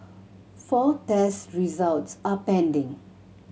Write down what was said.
four test results are pending